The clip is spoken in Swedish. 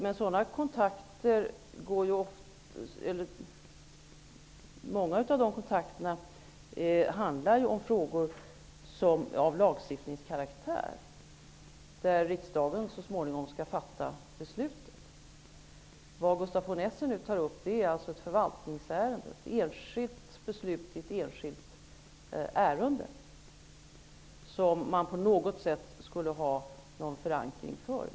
Men många av dessa kontakter handlar om frågor av lagstiftningskaraktär, där riksdagen så småningom skall fatta beslutet. Gustaf von Essen tar nu upp ett förvaltningsärende, ett enskilt beslut i ett enskilt ärende, som man på något sätt borde ha förankrat.